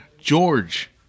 George